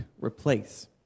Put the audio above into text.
replace